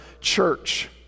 church